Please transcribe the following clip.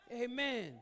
Amen